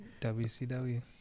WCW